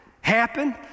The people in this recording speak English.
happen